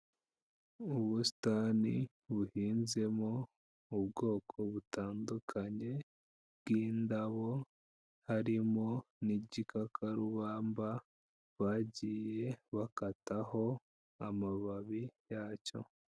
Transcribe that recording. Ubusitani buhinzemo ubwoko butandukanye bw'indabo, harimo n'igikakarubamba bagiye bakataho amababi yacyo.